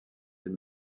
elle